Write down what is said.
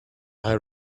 are